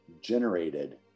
generated